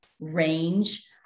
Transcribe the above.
range